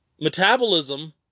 metabolism